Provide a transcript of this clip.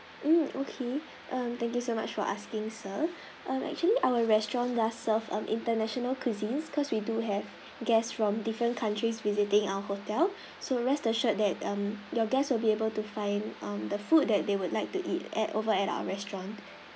mm okay mm thank you so much for asking sir um actually our restaurant does serve uh international cuisines cause we do have guests from different countries visiting our hotel so rest assured that mm your guest will be able to find the food that they would like to eat at over at our restaurant